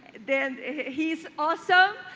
then he's awesome.